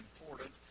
important